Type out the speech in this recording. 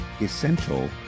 essential